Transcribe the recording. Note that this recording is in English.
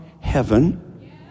heaven